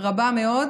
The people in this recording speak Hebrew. רבות מאוד,